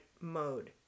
mode